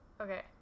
Okay